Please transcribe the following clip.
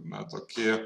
na tokį